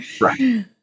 Right